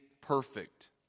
perfect